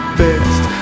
best